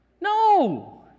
No